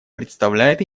представляет